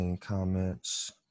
comments